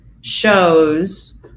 shows